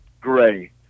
gray